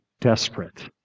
desperate